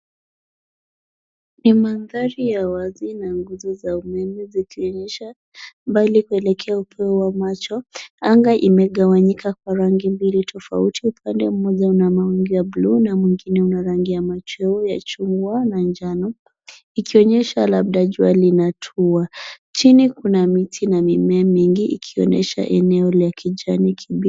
Ni mandhari ya wazi na nguzo za umeme zikionyesha mbali kuelekea upeo wa macho. Anga imegawanyika kwa rangi mbili tofauti, upande mmoja una mawingu ya buluu na mwingine una rangi ya machweo ya chungwa na njano, ikionyesha labda jua linatua. Chini kuna miti na mimea mingi ikionyesha eneo la kijani kibichi.